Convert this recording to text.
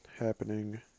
happening